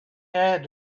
had